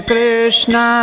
Krishna